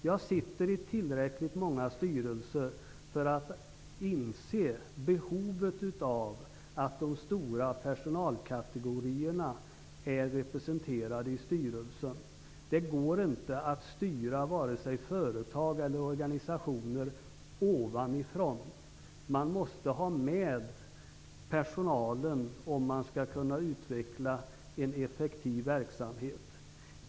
Jag sitter i tillräckligt många styrelser för att inse behovet av att de stora personalkategorierna är representerade i styrelsen. Det går inte att styra vare sig företag eller organisationer ovanifrån. Man måste ha med personalen om man skall kunna utveckla en effektiv verksamhet.